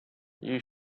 you